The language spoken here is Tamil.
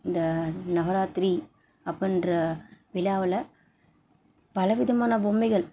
இந்த நவராத்திரி அப்பிடின்ற விழாவில் பல விதமான பொம்மைகள்